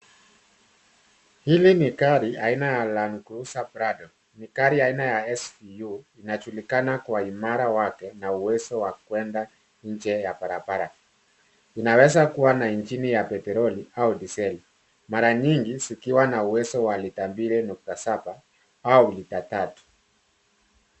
Hili ni gari aina ya Land Cruiser Prado. Ni gari aina ya SUV inajulikana kwa uimara wake na uwezo wa kuenda nje ya barabara. Inaweza kuwa na injini ya petroli au diseli, mara nyingi zikiwa na uwezo wa lita mbili nukta saba au lita tatu